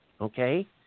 okay